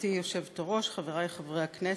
גברתי היושבת-ראש, חברי חברי כנסת,